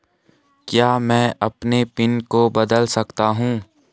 क्या मैं अपने पिन को बदल सकता हूँ?